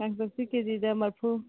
ꯀꯥꯡꯇꯛꯇꯤ ꯀꯦ ꯖꯤꯗ ꯃꯔꯤꯐꯨ